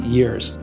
years